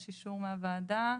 יש אישור מהוועדה?